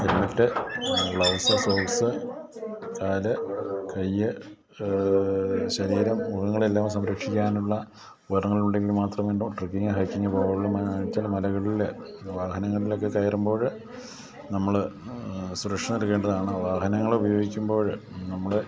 helmet gloves socks കാൽ കയ്യ് ശരീരം മുഴുവനായെല്ലാം സംരക്ഷിക്കാനുള്ള ഉപകരണങ്ങളുണ്ടെങ്കിൽ മാത്രം വേണ്ടു ട്രക്കിങ്ങ് ഹൈക്കിങ്ങ് പോകാവൂ കാരണമെന്താ വെച്ചാൽ മലകളിൽ വാഹനങ്ങളിലൊക്കെ കയറുമ്പോൾ നമ്മൾ സുരക്ഷണ എടുക്കേണ്ടതാണ് വാഹനങ്ങളുപയോഗികുമ്പോൾ നമ്മൾ